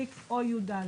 או 36יד"